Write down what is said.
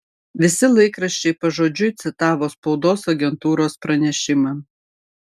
visi laikraščiai pažodžiui citavo spaudos agentūros pranešimą